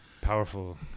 Powerful